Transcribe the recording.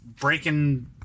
breaking